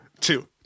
two